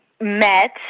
met